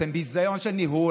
אתם ביזיון של ניהול.